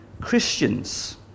Christians